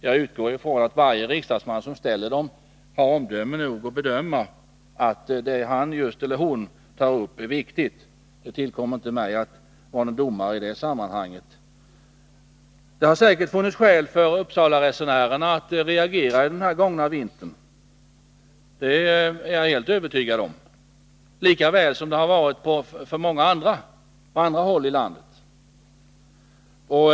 Jag utgår ifrån att varje riksdagsman som ställer dem har omdöme nog att avgöra om det han eller hon tar upp är viktigt. Det tillkommer inte mig att vara någon domare i det sammanhanget. Det har säkert funnits skäl för Uppsalaresenärerna att reagera under den gångna vintern — det är jag helt övertygad om — lika väl som det har funnits skäl för många på andra håll i landet att göra det.